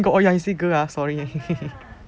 oh you say girl hor sorry